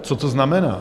Co to znamená?